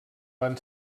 van